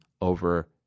over